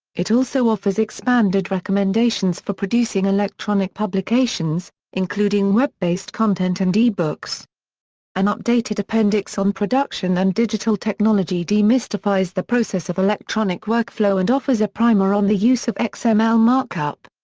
it also offers expanded recommendations for producing electronic publications including web-based content and e-books. an updated appendix on production and digital technology demystifies the process of electronic workflow and offers a primer on the use of like so xml markup.